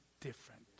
different